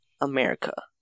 America